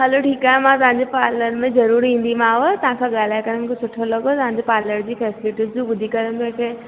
हलो ठीकु आहे मां तव्हांजे पार्लर में जरूर ईंदीमाव तव्हां सा ॻाल्हाए करे मूंखे सुठो लॻो तव्हांजे पार्लर जूं फैसेलिटियूं ॿुधी करे